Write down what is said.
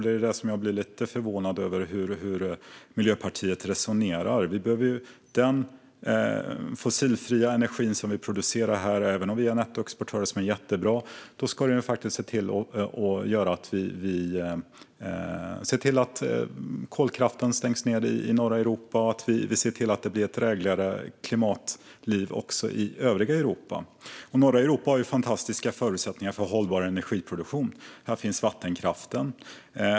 Det är där som jag blir lite förvånad över hur Miljöpartiet resonerar. Jag tänker på den fossilfria energi som vi producerar här. Vi är nettoexportörer, och det är jättebra. Men den ska faktiskt göra att vi ser till att kolkraften stängs i norra Europa och att det blir ett drägligare klimat också i övriga Europa. Norra Europa har fantastiska förutsättningar för hållbar energiproduktion. Här finns vattenkraften.